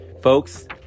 Folks